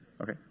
Okay